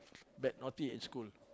bad naughty in school